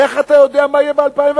איך אתה יודע מה יהיה ב-2011?